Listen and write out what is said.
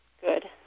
Good